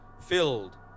filled